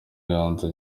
ganza